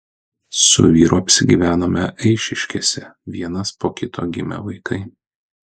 su vyru apsigyvenome eišiškėse vienas po kito gimė vaikai